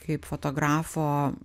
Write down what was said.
kaip fotografo